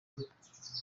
emirates